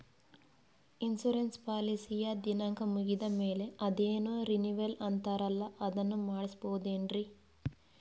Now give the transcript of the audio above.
Insurance ಪಾಲಿಸಿಯ ದಿನಾಂಕ ಮುಗಿದ ಮೇಲೆ ಅದೇನೋ ರಿನೀವಲ್ ಅಂತಾರಲ್ಲ ಅದನ್ನು ಮಾಡಿಸಬಹುದೇನ್ರಿ?